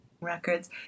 records